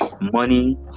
money